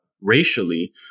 racially